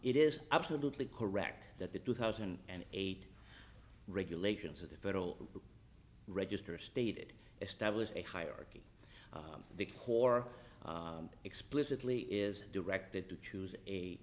it is absolutely correct that the two thousand and eight regulations of the federal register stated establish a hierarchy big corps explicitly is directed to choose a